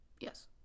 Yes